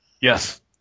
Yes